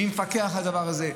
מי מפקח על הדבר הזה?